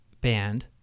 band